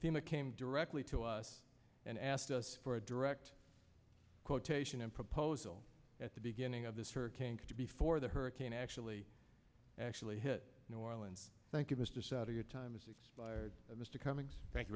two in the came directly to us and asked us for a direct quotation and proposal at the beginning of this hurricane before the hurricane actually actually hit new orleans thank you mr souter your time has expired mr cummings thank you